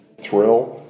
thrill